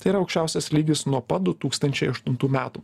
tai yra aukščiausias lygis nuo pat du tūkstančiai aštuntų metų